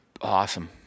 awesome